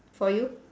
for you